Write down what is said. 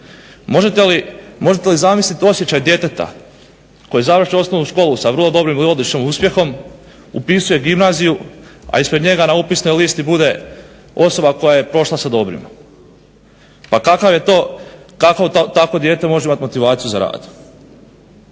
Možete li zamisliti osjećaj djeteta koji završi osnovnu školu sa vrlo dobrim i odličnim uspjehom upisuje gimnaziju, a ispred njega na upisnoj listi bude osoba koja je prošla sa dobrim. pa kakav je to, kako takvo dijete može imati motivaciju za rad.